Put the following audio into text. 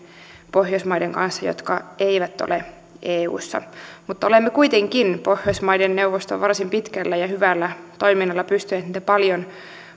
pohjoismaiden kanssa jotka eivät ole eussa mutta olemme kuitenkin pohjoismaiden neuvoston varsin pitkällä ja hyvällä toiminnalla pystyneet niitä paljon